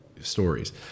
stories